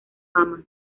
fama